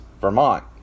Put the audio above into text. Vermont